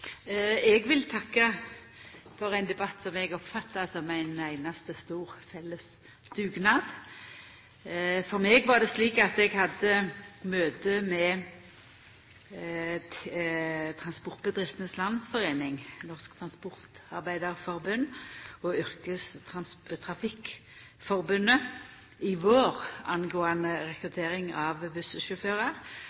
Eg vil takka for ein debatt som eg oppfattar som ein einaste stor fellesdugnad. Eg hadde møte med Transportbedriftenes Landsforening, Norsk Transportarbeiderforbund og Yrkestrafikkforbundet i vår angåande